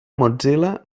mozilla